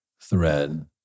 thread